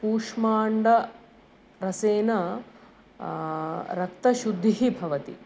कुष्माण्डारसेन रक्तशुद्धिः भवति